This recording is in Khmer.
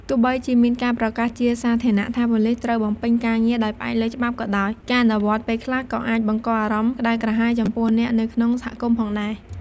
ទោះបីជាមានការប្រកាសជាសាធារណៈថាប៉ូលីសត្រូវបំពេញការងារដោយផ្អែកលើច្បាប់ក៏ដោយ ការអនុវត្តន៍ពេលខ្លះក៏អាចបង្កអារម្មណ៍ក្ដៅក្រហាយចំពោះអ្នកនៅក្នុងសហគមន៍ផងដែរ។